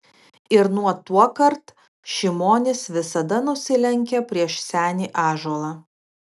ir nuo tuokart šimonis visada nusilenkia prieš senį ąžuolą